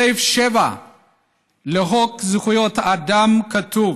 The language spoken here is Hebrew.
בסעיף 7 לחוק זכויות האדם כתוב: